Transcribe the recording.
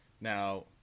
Now